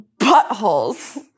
buttholes